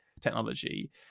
technology